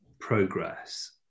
progress